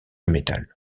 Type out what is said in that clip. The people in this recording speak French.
métal